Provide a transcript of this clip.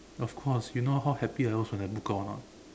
of course you know how happy I was when I book out or not